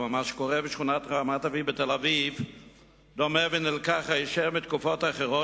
אבל מה שקורה בשכונת רמת-אביב בתל-אביב דומה שנלקח היישר מתקופות אחרות,